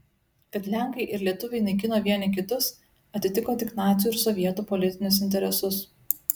kad lenkai ir lietuviai naikino vieni kitus atitiko tik nacių ir sovietų politinius interesus